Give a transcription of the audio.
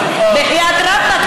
בחייאת רבאק,